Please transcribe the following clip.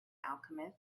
alchemist